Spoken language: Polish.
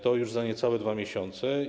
To już za niecałe 2 miesiące.